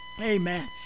Amen